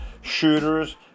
shooters